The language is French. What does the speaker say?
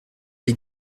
les